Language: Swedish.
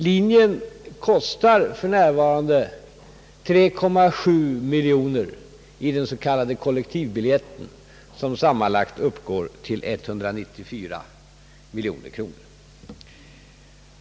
Linjen kostar för närvarande 3,7 miljoner kronor i den s.k. kollektivbiljetten, som sammanlagt uppgår till 194 miljoner kronor.